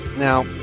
Now